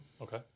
Okay